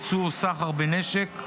יצוא או סחר בנשק,